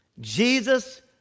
Jesus